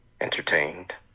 entertained